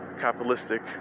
capitalistic